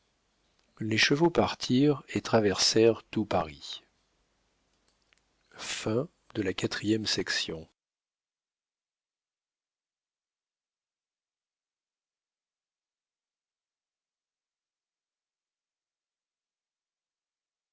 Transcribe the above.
les chevaux partirent et traversèrent tout paris